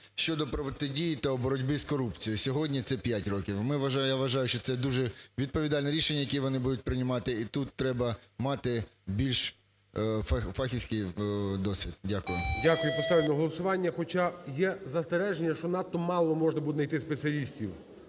щодо протидії та у боротьбі з корупцією, сьогодні це 5 років. Ми, я вважаю, що це дуже відповідальні рішення, які вони будуть приймати. І тут треба мати більш фахівський досвід. Дякую. ГОЛОВУЮЧИЙ. Дякую. Поставлю на голосування, хоча є застереження, що надто мало можна буде найти спеціалістів.